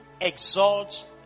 exalts